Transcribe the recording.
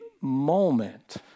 moment